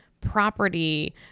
property